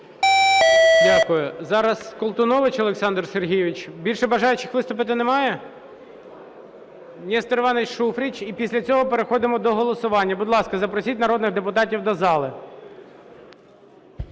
Дякую. Зараз Колтунович Олександр Сергійович. Більше бажаючих виступити немає? Нестор Іванович Шуфрич. І після цього переходимо до голосування. Будь ласка, запросіть народних депутатів до зали.